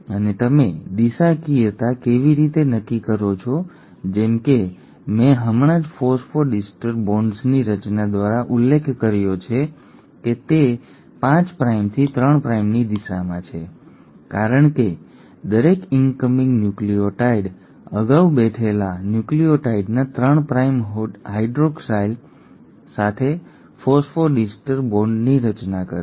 અને તમે દિશાકીયતા કેવી રીતે નક્કી કરો છો જેમ કે મેં હમણાં જ ફોસ્ફોડિસ્ટર બોન્ડ્સની રચના દ્વારા ઉલ્લેખ કર્યો છે કે તે 5 પ્રાઇમથી 3 પ્રાઇમની દિશામાં છે કારણ કે દરેક ઇનકમિંગ ન્યુક્લિઓટાઇડ અગાઉ બેઠેલા ન્યુક્લિઓટાઇડના 3 પ્રાઇમ હાઇડ્રોક્સાઇલ સાથે ફોસ્ફોડિસ્ટર બોન્ડની રચના કરશે